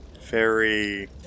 very-